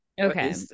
Okay